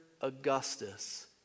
Augustus